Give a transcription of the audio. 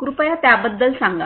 कृपया त्याबद्दल सांगा